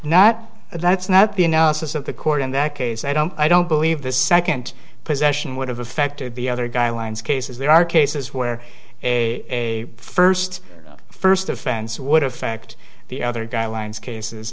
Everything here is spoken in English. not that's not the analysis of the court in that case i don't i don't believe the second possession would have affected the other guidelines cases there are cases where a first first offense would affect the other guidelines cases